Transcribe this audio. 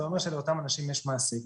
זה אומר שלאותם אנשים יש מעסיק.